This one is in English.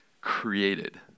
created